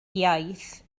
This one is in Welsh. iaith